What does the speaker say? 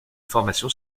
formation